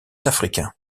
africain